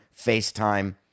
FaceTime